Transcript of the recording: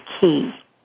key